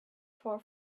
for